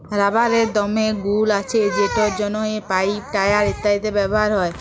রাবারের দমে গুল্ আছে যেটর জ্যনহে পাইপ, টায়ার ইত্যাদিতে ব্যাভার হ্যয়